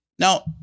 Now